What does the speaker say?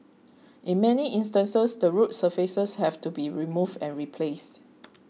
in many instances the road surfaces have to be removed and replaced